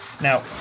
Now